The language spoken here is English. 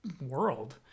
world